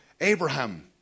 Abraham